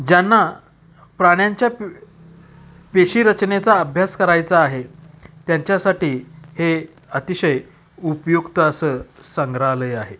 ज्यांना प्राण्यांच्या पे पेशीरचनेचा अभ्यास करायचा आहे त्यांच्यासाठी हे अतिशय उपयुक्त असं संग्रहालय आहे